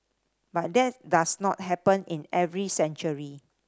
but that does not happen in every century